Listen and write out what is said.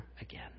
again